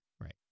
Right